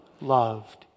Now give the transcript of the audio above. loved